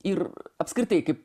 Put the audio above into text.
ir apskritai kaip